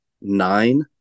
nine